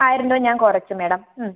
ആയിരം രൂപ ഞാൻ കുറച്ച് മാഡം